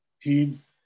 teams